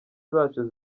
zacu